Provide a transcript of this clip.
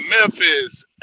memphis